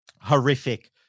horrific